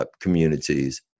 Communities